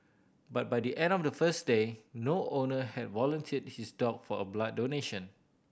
but by the end of the first day no owner had volunteered his dog for a blood donation